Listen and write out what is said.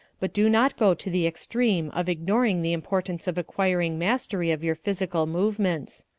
but do not go to the extreme of ignoring the importance of acquiring mastery of your physical movements.